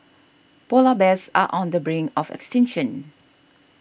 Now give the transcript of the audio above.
Polar Bears are on the brink of extinction